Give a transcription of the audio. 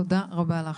תודה רבה לך.